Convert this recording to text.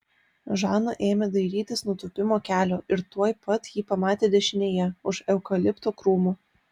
žana ėmė dairytis nutūpimo kelio ir tuoj pat jį pamatė dešinėje už eukalipto krūmų